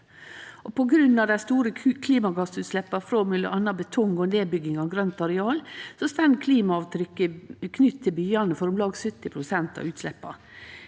På grunn av dei store klimagassutsleppa frå m.a. betong og nedbygging av grønt areal, står klimaavtrykket knytt til byane for om lag 70 pst. av utsleppa.